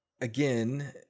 again